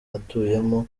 atuyemo